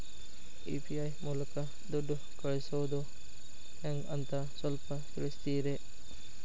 UPI ಮೂಲಕ ದುಡ್ಡು ಕಳಿಸೋದ ಹೆಂಗ್ ಅಂತ ಸ್ವಲ್ಪ ತಿಳಿಸ್ತೇರ?